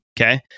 Okay